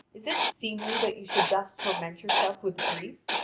is it seemly that you should thus torment yourself with grief?